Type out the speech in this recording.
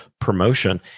promotion